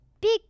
Big